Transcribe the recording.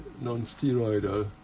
non-steroidal